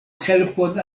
helpon